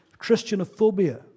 Christianophobia